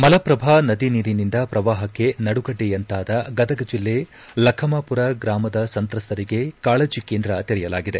ಮಲಪ್ರಭಾ ನದಿ ನೀರಿನಿಂದ ಪ್ರವಾಹಕ್ಕೆ ನಡುಗಡ್ಡೆಯಂತಾದ ಗದಗ ಜಿಲ್ಲೆ ಲಖಮಾಪುರ ಗ್ರಾಮದ ಸಂತ್ರಸ್ತರಿಗೆ ಕಾಳಜಿ ಕೇಂದ್ರ ತೆರೆಯಲಾಗಿದೆ